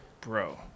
bro